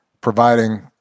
providing